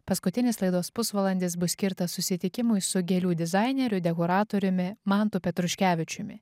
paskutinis laidos pusvalandis bus skirtas susitikimui su gėlių dizaineriu dekoratoriumi mantu petruškevičiumi